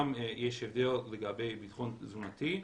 יש גם הבדל לגבי ביטחון תזונתי,